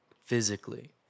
physically